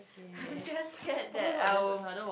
I'm just scared that I will